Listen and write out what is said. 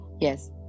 yes